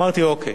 אמרתי: אוקיי.